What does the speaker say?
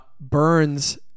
Burns